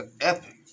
epic